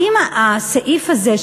האם הסעיף הזה,